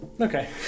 okay